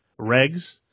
regs